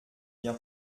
bien